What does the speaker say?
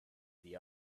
the